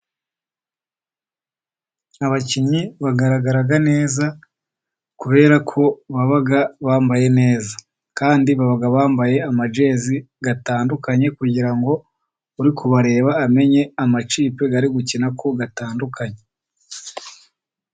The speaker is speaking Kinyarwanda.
Abakinnyi bagaragara neza, kubera ko baba bambaye neza, kandi baba bambaye amajezi atandukanye, kugira ngo uri kubareba amenye amakipe ari gukina ko atandukanye.